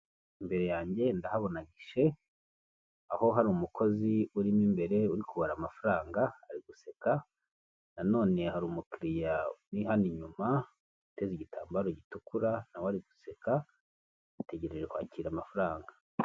Imbere yange ndahabona gishe, aho hari umukozi urimo imbere uri kubara amafaranga ari guseka, na none hari umukiliya uri hano inyuma uteze igitambaro gitukura nawe ari guseka, ategereje kwakira amafaranga.